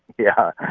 yeah.